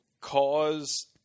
cause